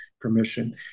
permission